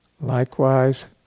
Likewise